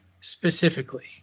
specifically